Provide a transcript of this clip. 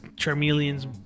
Charmeleons